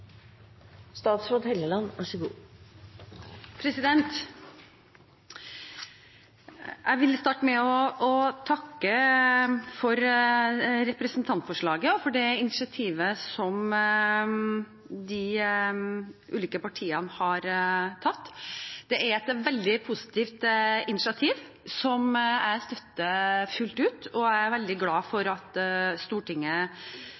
Jeg vil starte med å takke for representantforslaget og for det initiativet som de ulike partiene har tatt. Det er et veldig positivt initiativ, som jeg støtter fullt ut, og jeg er veldig glad for at Stortinget